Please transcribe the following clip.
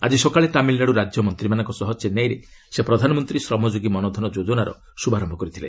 ଆକି ସକାଳେ ତାମିଲ୍ନାଡୁ ରାଜ୍ୟ ମନ୍ତ୍ରୀମାନଙ୍କ ସହ ଚେନ୍ନାଇରେ ସେ ପ୍ରଧାନମନ୍ତ୍ରୀ ଶ୍ରମଯୋଗୀ ମନଧନ ଯୋଜନାର ଶୁଭାରମ୍ଭ କରିଥିଲେ